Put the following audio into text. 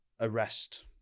arrest